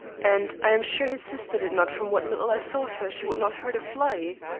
and i am sure his sister did not from what little i saw of her she would not hurt a fly.